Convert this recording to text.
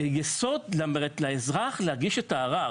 יסוד לאזרח להגיש את הערר.